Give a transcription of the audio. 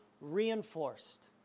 reinforced